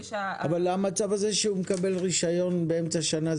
המצב הזה שהוא מקבל רישיון באמצע השנה,